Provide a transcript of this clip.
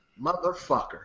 Motherfucker